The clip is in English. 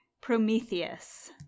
Prometheus